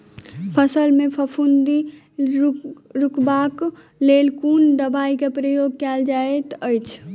फसल मे फफूंदी रुकबाक लेल कुन दवाई केँ प्रयोग कैल जाइत अछि?